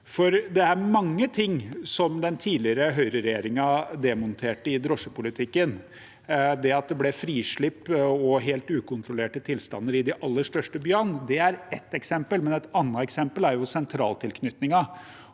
for det er mange ting som den tidligere høyreregjeringen demonterte i drosjepolitikken. Det at det ble frislipp og helt ukontrollerte tilstander i de aller største byene, er ett eksempel, men et annet eksempel er sentraltilknytningen.